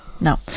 No